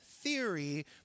theory